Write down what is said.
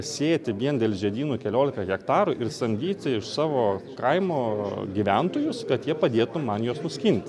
sėti vien dėl žiedynų keliolika hektarų ir samdyti iš savo kaimo gyventojus kad jie padėtų man juos nuskinti